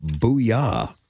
Booyah